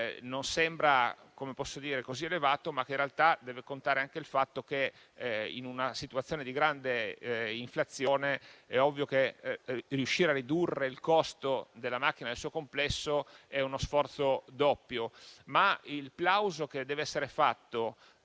non sembra così elevato, ma che in realtà deve considerare il fatto che, in una situazione di grande inflazione, riuscire a ridurre il costo della macchina nel suo complesso richiede uno sforzo doppio. Ma il plauso che deve essere rivolto